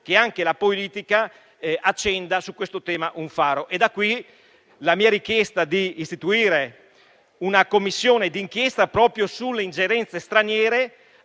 che anche la politica accenda su questo tema un faro. Da qui la mia richiesta di istituire una Commissione d'inchiesta proprio sulle ingerenze straniere,